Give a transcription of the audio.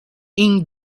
ink